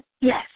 Yes